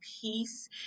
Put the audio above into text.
peace